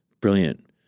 brilliant